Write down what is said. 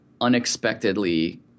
unexpectedly